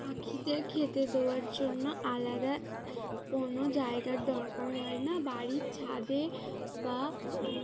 পাখিদের খেতে দেওয়ার জন্য আলাদা কোনো জায়গার দরকার হয় না বাড়ির ছাদে বা